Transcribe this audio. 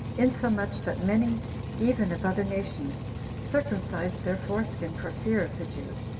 insomuch that many even of other nations circumcised their foreskin for fear of the jews,